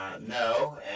No